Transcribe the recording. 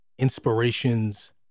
Inspirations